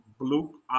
Blue